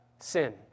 sin